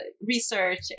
research